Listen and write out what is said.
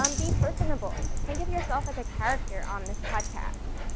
um be personable, like think of yourself as a character on this podcast.